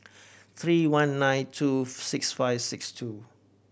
three one nine two six five six two